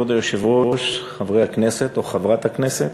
כבוד היושב-ראש, חברי הכנסת או חברת הכנסת,